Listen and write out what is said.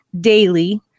daily